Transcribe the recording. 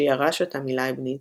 שירש אותה מלייבניץ,